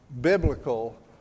biblical